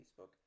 Facebook